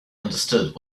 understood